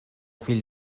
fill